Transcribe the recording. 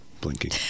blinking